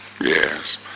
Yes